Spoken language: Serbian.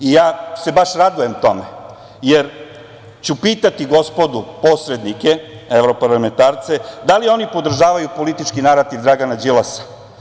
Baš se radujem tome, jer ću pitati gospodu posrednike, evroparlamentarce, da li oni podržavaju politički narativ Dragana Đilasa?